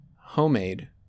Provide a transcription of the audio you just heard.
homemade